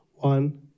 One